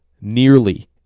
Nearly